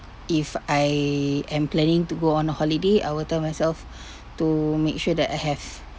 if I am planning to go on a holiday I will tell myself to make sure that I have